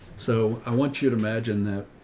so i want you to imagine that,